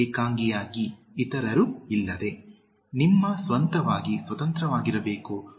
ಏಕಾಂಗಿಯಾಗಿ ಇತರರು ಇಲ್ಲದೆ ನಿಮ್ಮ ಸ್ವಂತವಾಗಿ ಸ್ವತಂತ್ರವಾಗಿರಬೇಕು